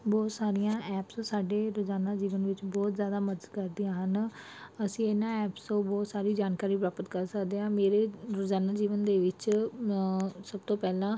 ਬਹੁਤ ਸਾਰੀਆਂ ਐਪਸ ਸਾਡੇ ਰੋਜ਼ਾਨਾ ਜੀਵਨ ਵਿੱਚ ਬਹੁਤ ਜ਼ਿਆਦਾ ਮਦਦ ਕਰਦੀਆਂ ਹਨ ਅਸੀਂ ਇਹਨਾਂ ਐਪਸ ਤੋਂ ਬਹੁਤ ਸਾਰੀ ਜਾਣਕਾਰੀ ਪ੍ਰਾਪਤ ਕਰ ਸਕਦੇ ਹਾਂ ਮੇਰੇ ਰੋਜ਼ਾਨਾ ਜੀਵਨ ਦੇ ਵਿੱਚ ਸਭ ਤੋਂ ਪਹਿਲਾਂ